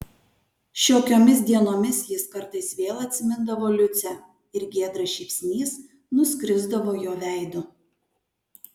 šiokiomis dienomis jis kartais vėl atsimindavo liucę ir giedras šypsnys nuskrisdavo jo veidu